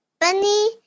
Bunny